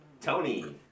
Tony